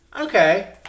okay